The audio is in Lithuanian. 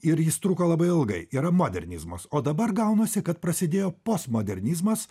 ir jis truko labai ilgai yra modernizmas o dabar gaunasi kad prasidėjo postmodernizmas